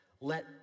Let